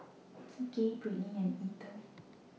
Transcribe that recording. Gay Britney and Eithel